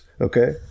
Okay